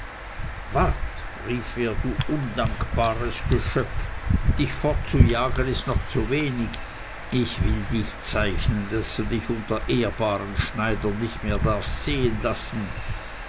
du undankbares geschöpf dich fortzujagen ist noch zu wenig ich will dich zeichnen daß du dich unter ehrbaren schneidern nicht mehr darfst sehen lassen